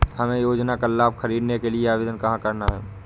हमें योजना का लाभ ख़रीदने के लिए आवेदन कहाँ करना है?